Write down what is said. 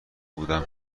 بودم